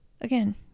Again